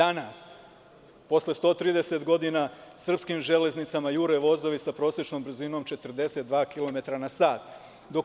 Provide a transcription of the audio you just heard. Danas, posle 130 godina Srpskim železnicama jure vozovi sa prosečnom brzinom 42 km na sat.